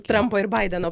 trampo ir baideno